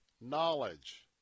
knowledge